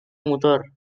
motor